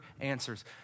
answers